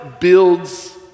builds